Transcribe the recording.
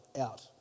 out